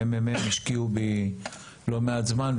הממ"מ השקיעו בי לא מעט זמן,